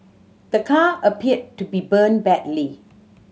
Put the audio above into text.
the car appeared to be burnt badly